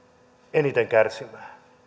eniten kärsimään